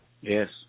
Yes